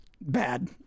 bad